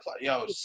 yo